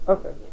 Okay